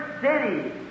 city